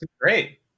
Great